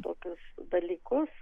tokius dalykus